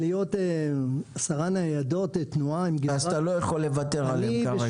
להיות 10 ניידות תנועה --- אז אתה לא יכול לוותר עליהם כרגע.